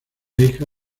hija